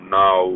now